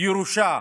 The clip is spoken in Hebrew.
ירושה